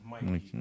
Mike